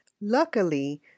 Luckily